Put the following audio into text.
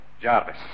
Jarvis